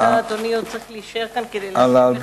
אדוני עוד צריך להישאר כאן כדי להשיב לחבר